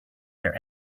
their